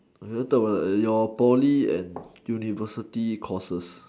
uh you talk about your Poly and university courses